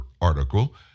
article